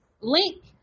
link